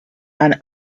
and